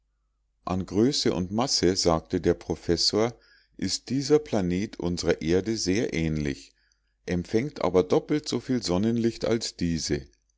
an größe und masse sagte der professor ist dieser planet unsrer erde sehr ähnlich empfängt aber doppelt so viel sonnenlicht als diese